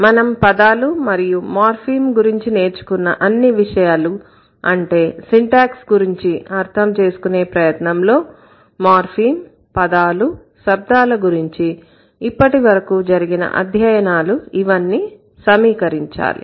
మనం పదాలు మరియు మార్ఫిమ్ గురించి నేర్చుకున్న అన్ని విషయాలు అంటే సింటాక్స్ గురించి అర్థం చేసుకునే ప్రయత్నంలో మార్ఫిమ్ పదాలు శబ్దాల గురించి ఇప్పటి వరకు జరిగిన అధ్యయనాలు ఇవన్నీ సమీకరించాలి